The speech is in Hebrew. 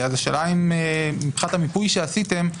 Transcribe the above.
השאלה היא האם מבחינת המיפוי שעשיתם,